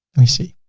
let me see,